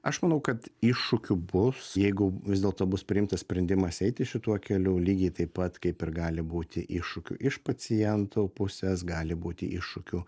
aš manau kad iššūkių bus jeigu vis dėlto bus priimtas sprendimas eiti šituo keliu lygiai taip pat kaip ir gali būti iššūkiu iš pacientų pusės gali būti iššūkių